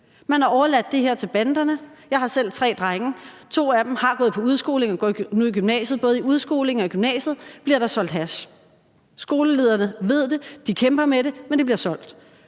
Man har overladt det her til banderne. Jeg har selv tre drenge. To af dem har gået i udskolingen og går nu i gymnasiet. Både i udskolingen og i gymnasiet bliver der solgt hash. Skolelederne ved det, de kæmper mod det, men det bliver solgt.